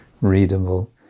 readable